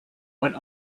went